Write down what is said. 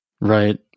Right